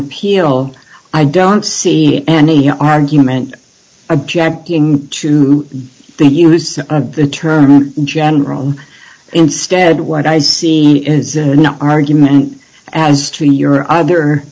appeal i don't see any argument objecting to the use of the term in general instead what i see is an argument as to your other